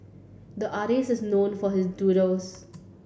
the artist is known for his doodles